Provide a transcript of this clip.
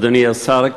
אדוני השר,